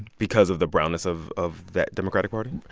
because of the brownness of of that democratic party?